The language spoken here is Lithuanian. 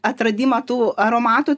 atradimą tų aromatų